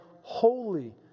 holy